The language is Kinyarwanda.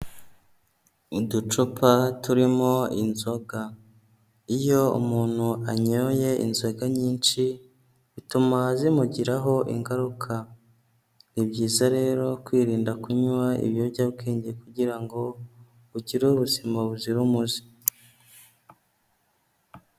Uducupa turimo inzoga; iyo umuntu anyoye inzoga nyinshi, bituma zimugiraho ingaruka. Ni byiza rero kwirinda kunywa ibiyobyabwenge, kugira ngo ugire ubuzima buzira umuze.